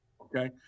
okay